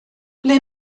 ble